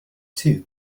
two